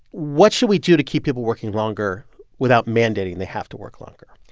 what should we do to keep people working longer without mandating they have to work longer?